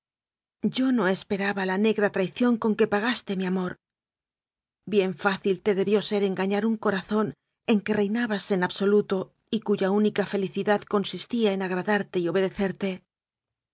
yo no esperaba la negra trai ción con que pagaste mi amor bien fácil te debió ser engañar un corazón en que reinabas en abso luto y cuya única felicidad consistía en agradarte y obedecerte